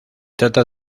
trata